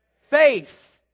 Faith